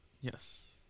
Yes